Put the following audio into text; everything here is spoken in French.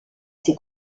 ses